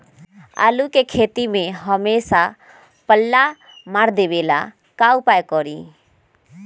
आलू के खेती में हमेसा पल्ला मार देवे ला का उपाय करी?